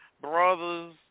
brothers